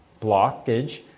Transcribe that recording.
blockage